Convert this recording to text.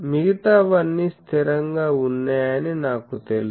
మిగతావన్నీ స్థిరంగా ఉన్నాయని నాకు తెలుసు